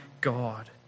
God